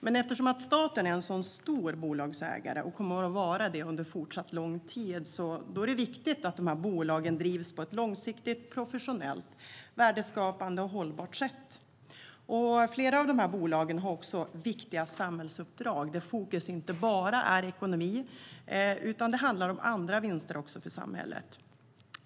Men eftersom staten är en sådan stor bolagsägare och kommer att fortsätta vara det under lång tid är det viktigt att bolagen drivs på ett långsiktigt, professionellt, värdeskapande och hållbart sätt. Flera av bolagen har också viktiga samhällsuppdrag där fokus inte bara är ekonomi utan även handlar om andra vinster för samhället.